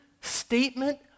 statement